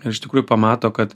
iš tikrųjų pamato kad